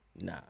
nah